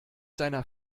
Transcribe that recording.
seiner